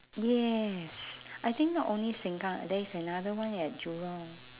yes I think not only sengkang there is another one at jurong